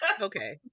Okay